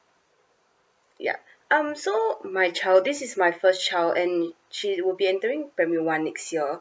ya um so my child this is my first child and she would be entering primary one next year